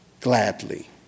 gladly